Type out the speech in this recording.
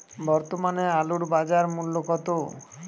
বর্তমানে আলুর বাজার মূল্য কত?